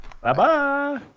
Bye-bye